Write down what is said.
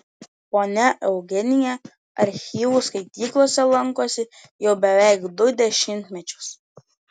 ponia eugenija archyvų skaityklose lankosi jau beveik du dešimtmečius